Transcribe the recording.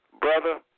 Brother